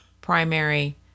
Primary